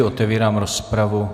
Otevírám rozpravu.